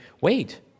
wait